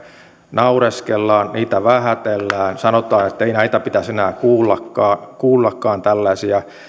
naureskellaan niitä vähätellään sanotaan ettei näitä tällaisia pitäisi enää kuullakaan kuullakaan